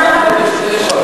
היום יש שתי שכבות,